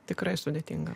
tikrai sudėtinga